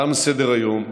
תם סדר-היום.